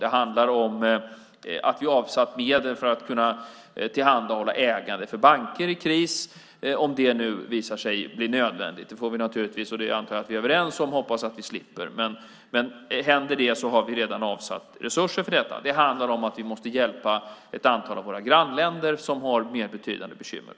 Det handlar om att vi har avsatt medel för att kunna tillhandahålla ägande för banker i kris om det visar sig bli nödvändigt. Det får vi naturligtvis hoppas att vi slipper. Det antar jag att vi är överens om. Men händer det så har vi redan avsatt resurser för detta. Det handlar om att vi måste hjälpa ett antal av våra grannländer som har mer betydande bekymmer.